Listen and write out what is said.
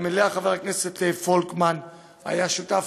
גם לזה חבר הכנסת פולקמן היה שותף,